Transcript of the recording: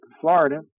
Florida